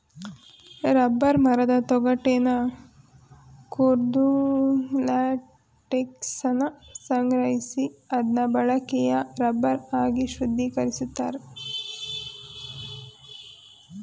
rubber ಮರದ ತೊಗಟೆನ ಕೊರ್ದು ಲ್ಯಾಟೆಕ್ಸನ ಸಂಗ್ರಹಿಸಿ ಅದ್ನ ಬಳಕೆಯ ರಬ್ಬರ್ ಆಗಿ ಶುದ್ಧೀಕರಿಸ್ತಾರೆ